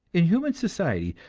in human society,